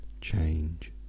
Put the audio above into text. change